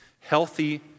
Healthy